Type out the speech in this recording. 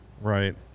right